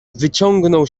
wyciągnął